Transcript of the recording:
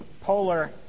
polar